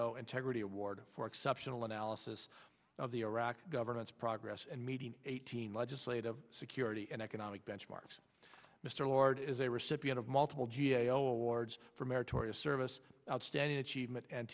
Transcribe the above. o integrity award for exceptional analysis of the iraq governance progress and meeting eighteen legislative security and economic benchmarks mr lord is a recipient of multiple g a o awards for meritorious service outstanding achievement and